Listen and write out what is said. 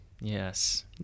Yes